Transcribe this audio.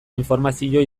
informazio